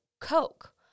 Coke